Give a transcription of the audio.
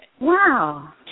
Wow